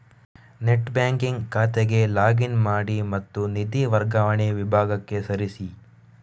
net banking ಖಾತೆಗೆ log in ಮಾಡಿ ಮತ್ತು ನಿಧಿ ವರ್ಗಾವಣೆ ವಿಭಾಗಕ್ಕೆ ಸರಿಸಿ